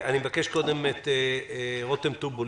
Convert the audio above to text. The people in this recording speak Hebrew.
רותם טובול,